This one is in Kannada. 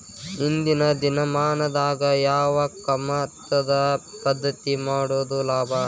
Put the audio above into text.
ಇಂದಿನ ದಿನಮಾನದಾಗ ಯಾವ ಕಮತದ ಪದ್ಧತಿ ಮಾಡುದ ಲಾಭ?